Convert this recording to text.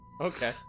Okay